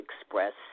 express